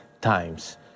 times